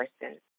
person